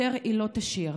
יותר היא לא תשיר.